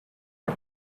the